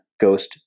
Ghost